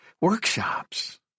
workshops